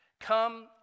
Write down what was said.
come